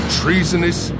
treasonous